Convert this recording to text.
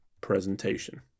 presentation